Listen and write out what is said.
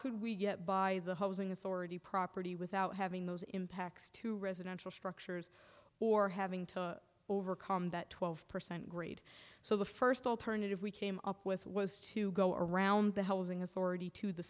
could we get by the housing authority property without having those impacts to residential structures or having to overcome that twelve percent grade so the first alternative we came up with was to go around the housing authority to the